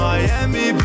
Miami